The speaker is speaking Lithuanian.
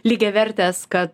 lygiavertės kad